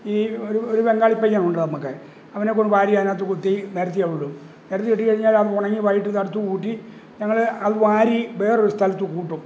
ഈ ഒരു ബെങ്കാളിപ്പയ്യനുണ്ട് നമുക്ക് അവനെക്കൊണ്ട് വാരി അതിനകത്ത് കുത്തി നിരത്തി അവിടിടും നിരത്തിയിട്ടുകഴിഞ്ഞാൽ അതുണങ്ങി വൈകിട്ട് തടുത്ത് കൂട്ടി ഞങ്ങള് അതു വാരി വേറൊരു സ്ഥലത്ത് കൂട്ടും